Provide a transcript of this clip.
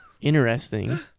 interesting